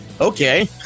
okay